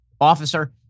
officer